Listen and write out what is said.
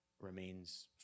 remains